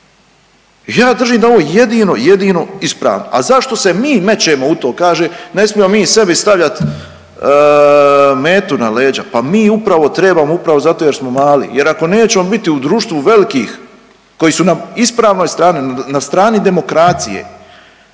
ja držim da je ovo jedino, jedino ispravno. A zašto se mi mećemo u to? Kaže ne smijemo mi sebi stavljat metu na leđa. Pa mi upravo trebamo upravo zato jer smo mali jer ako nećemo biti u društvu velikih koji su na ispravnoj strani, na strani demokracije,